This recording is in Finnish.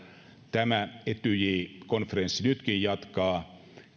etyj konferenssi nytkin jatkaa